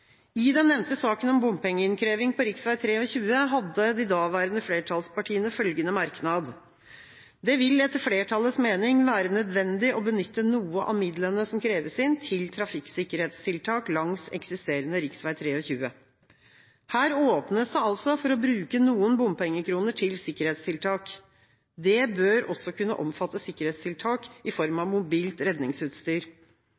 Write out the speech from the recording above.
I den nevnte saken om bompengeinnkreving på rv. 23 hadde de daværende flertallspartiene følgende merknad: «Det vil etter flertallets mening være nødvendig å benytte noe av midlene som kreves inn til trafikksikkerhetstiltak langs eksisterende rv. Her åpnes det altså for å bruke noen bompengekroner til sikkerhetstiltak. Det bør også kunne omfatte sikkerhetstiltak i form